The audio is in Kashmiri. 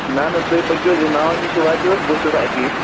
نہ نہ تُہۍ پٔکِو حظ یہِ ناو نش وٲتِو حظ بہٕ چھُس اتے